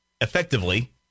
effectively